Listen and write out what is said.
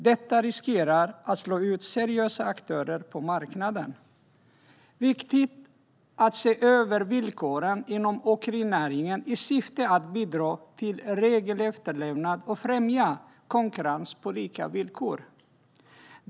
Detta riskerar att slå ut seriösa aktörer på marknaden. Det är viktigt att se över villkoren inom åkerinäringen i syfte att bidra till regelefterlevnad och främja konkurrens på lika villkor.